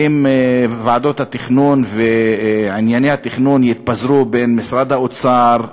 אם ועדות התכנון וענייני התכנון יתפזרו בין משרד האוצר,